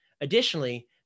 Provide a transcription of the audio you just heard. Additionally